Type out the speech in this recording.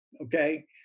Okay